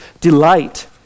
delight